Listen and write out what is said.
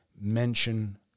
mention